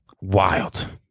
wild